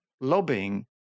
lobbying